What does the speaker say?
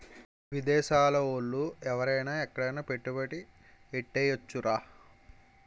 విదేశాల ఓళ్ళు ఎవరైన ఎక్కడైన పెట్టుబడి ఎట్టేయొచ్చురా